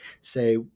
say